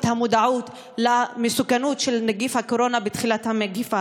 המודעות למסוכנות של נגיף הקורונה בתחילת המגפה,